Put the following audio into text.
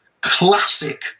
classic